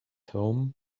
home